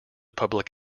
public